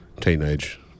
teenage